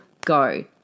go